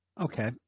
okay